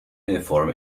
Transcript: uniform